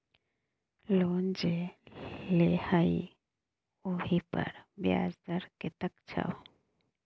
loan जे लेलही ओहिपर ब्याज दर कतेक छौ